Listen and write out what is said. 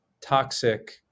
toxic